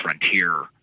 frontier